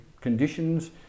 conditions